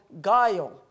guile